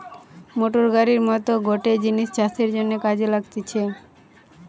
motor গাড়ির মত গটে জিনিস চাষের জন্যে কাজে লাগতিছে